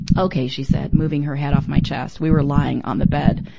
okay she said, moving her head off my chest. we were lying on the bed,